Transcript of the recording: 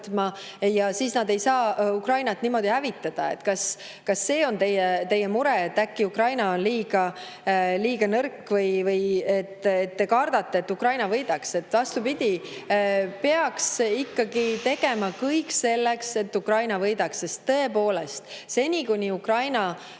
ja siis nad ei saa Ukrainat niimoodi hävitada. Kas see on teie mure, et äkki Ukraina on liiga nõrk, või te kardate, et Ukraina võidab? Vastupidi, peaks ikkagi tegema kõik selleks, et Ukraina võidaks, sest, tõepoolest, seni kui Ukraina võitleb,